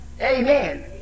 Amen